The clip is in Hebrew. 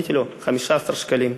עניתי לו: 15 שקלים.